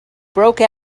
broke